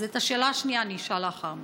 אז את השאלה השנייה אני אשאל לאחר מכן.